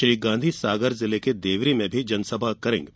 श्री गांधी सागर जिले में देवरी में जनसभा करेंगे